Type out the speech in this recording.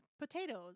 potatoes